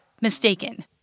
mistaken